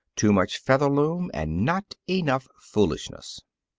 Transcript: too much featherloom and not enough foolishness.